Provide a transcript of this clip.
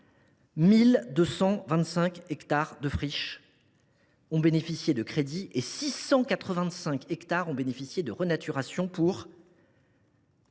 1 225 hectares de friches ont bénéficié de crédits, et 685 hectares ont bénéficié d’opérations